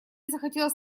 захотелось